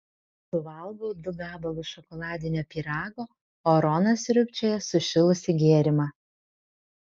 suvalgau du gabalus šokoladinio pyrago o ronas sriubčioja sušilusį gėrimą